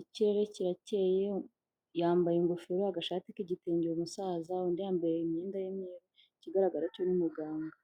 ikirere kirakeye yambaye ingofero agashati k'igitenge umusaza, undi yambaye imyenda y'umweru ikigaragara cyo ni muganga.